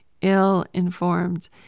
ill-informed